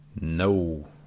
No